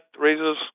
raises